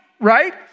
right